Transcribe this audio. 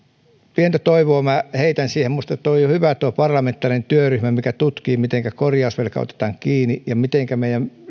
pientä toivoa minä heitän siihen eli minusta on hyvä tuo parlamentaarinen työryhmä mikä tutkii mitenkä korjausvelka otetaan kiinni ja mitenkä